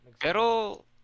Pero